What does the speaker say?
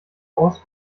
aus